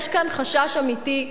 יש כאן חשש אמיתי.